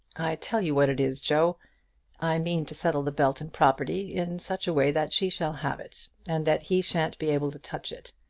i tell you what it is, joe i mean to settle the belton property in such a way that she shall have it, and that he shan't be able to touch it.